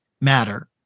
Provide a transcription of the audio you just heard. matter